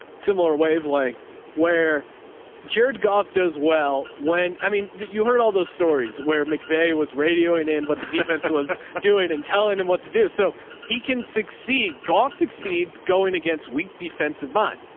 similar wave, like where jared golf does. well, when, i mean, you heard all those stories where mcveigh was radioing in what the defense was doing and telling him what to do so he can succeed golf, succeeds going against weak defensive minds,